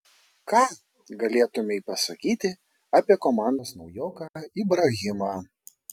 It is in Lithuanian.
ką galėtumei pasakyti apie komandos naujoką ibrahimą